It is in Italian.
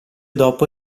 dopo